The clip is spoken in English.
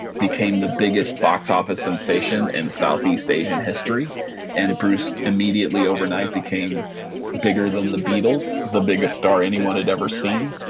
became the biggest box office sensation in southeast asian history and bruce, immediately overnight, became bigger than the beatles, the biggest star anyone had ever seen.